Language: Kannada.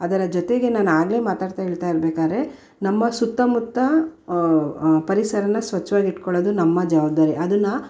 ಅದರ ಜೊತೆಗೆ ನಾನು ಆಗಲೇ ಮಾತಾಡ್ತಾ ಹೇಳ್ತಾ ಇರ್ಬೇಕಾದ್ರೆ ನಮ್ಮ ಸುತ್ತಮುತ್ತ ಪರಿಸರನ ಸ್ವಚ್ಛವಾಗಿಟ್ಕೊಳ್ಳೋದು ನಮ್ಮ ಜವಾಬ್ದಾರಿ ಅದನ್ನು